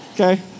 Okay